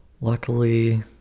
Luckily